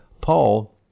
Paul